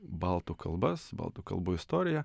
baltų kalbas baltų kalbų istoriją